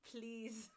Please